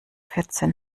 vierzehn